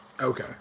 Okay